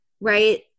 right